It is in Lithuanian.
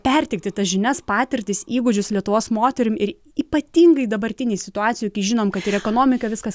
perteikti tas žinias patirtis įgūdžius lietuvos moterim ir ypatingai dabartinėj situacijoj kai žinom kad ir ekonomika viskas